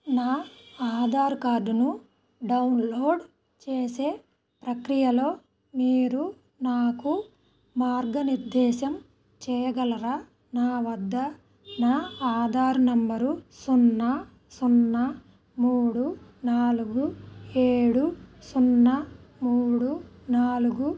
నా ఆధార్ కార్డ్ను డౌన్లోడ్ చేసే ప్రక్రియలో మీరు నాకు మార్గనిర్దేశం చేయగలరా నా వద్ద నా ఆధార్ నెంబర్ సున్నా సున్నా మూడు నాలుగు ఏడు సున్నా మూడు నాలుగు